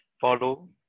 Follow